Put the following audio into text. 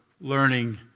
learning